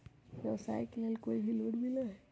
व्यवसाय के लेल भी लोन मिलहई?